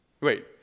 wait